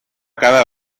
cada